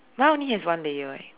mine only has one layer eh